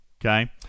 okay